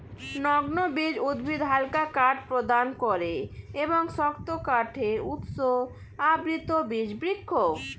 নগ্নবীজ উদ্ভিদ হালকা কাঠ প্রদান করে এবং শক্ত কাঠের উৎস আবৃতবীজ বৃক্ষ